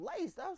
laced